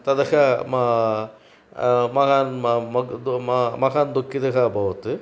तदहं मा मगन् म मग् द् म महत् दुःखितः अभवत्